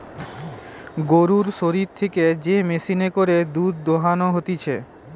গরুর শরীর থেকে যে মেশিনে করে দুধ দোহানো হতিছে